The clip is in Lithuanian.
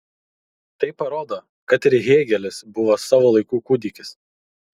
tai parodo kad ir hėgelis buvo savo laikų kūdikis